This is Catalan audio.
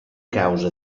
causa